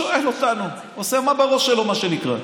הוא לא שואל אותנו, עושה מה בראש שלו, מה שנקרא.